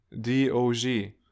D-O-G